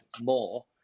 more